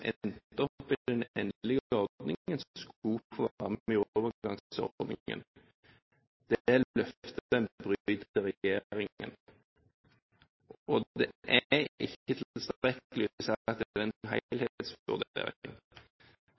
den endelige ordningen, skulle få være med i overgangsordningen. Det løftet bryter regjeringen. Det er ikke tilstrekkelig å si at